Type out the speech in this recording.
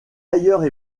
ailleurs